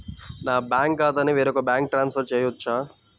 నా బ్యాంక్ ఖాతాని వేరొక బ్యాంక్కి ట్రాన్స్ఫర్ చేయొచ్చా?